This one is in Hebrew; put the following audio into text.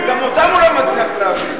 וגם אותן הוא לא מצליח להעביר.